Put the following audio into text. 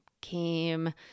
came